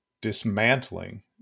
dismantling